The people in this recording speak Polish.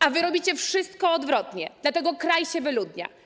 A wy robicie wszystko odwrotnie, dlatego kraj się wyludnia.